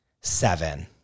Seven